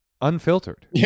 unfiltered